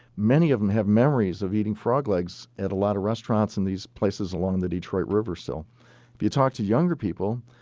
many of them have memories of eating frog legs at a lot of restaurants in these places along the detroit river. so if you talk to younger people,